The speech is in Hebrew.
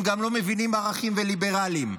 הם גם לא מבינים ערכים וליברלים.